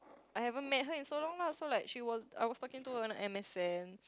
I haven't met her in so long lah so like she was I was talking to her on M_S_N